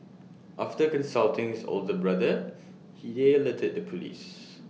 after consulting his older brother he alerted the Police